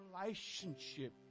relationship